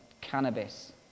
cannabis